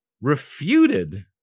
refuted